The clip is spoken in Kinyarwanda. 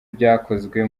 byakozwe